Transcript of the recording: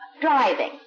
driving